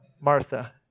Martha